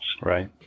Right